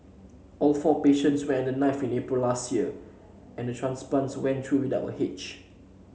all four patients went under the knife in April last year and the transplants went through without a hitch